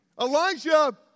Elijah